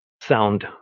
sound